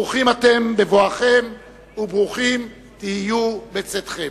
ברוכים אתם בבואכם וברוכים תהיה בצאתכם.